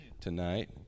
tonight